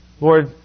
Lord